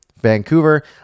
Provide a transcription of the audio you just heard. Vancouver